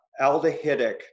aldehydic